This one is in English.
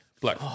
black